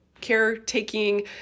caretaking